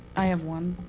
i have one.